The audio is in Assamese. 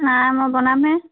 নাই মই বনাম হে